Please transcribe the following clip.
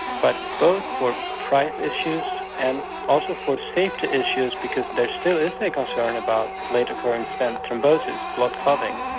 but both for price issues and also for safety issues because there still is a concern about late occurrence stent thrombosis, blood clotting.